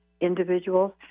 individuals